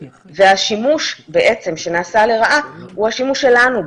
והשימוש בעצם שנעשה לרעה הוא השימוש שלנו בו,